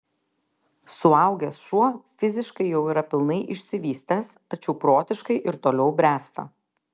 suaugęs šuo fiziškai jau yra pilnai išsivystęs tačiau protiškai ir toliau bręsta